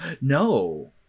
No